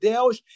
Deus